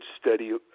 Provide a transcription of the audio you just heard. steady